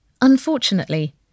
Unfortunately